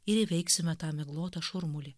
ir įveiksime tą miglotą šurmulį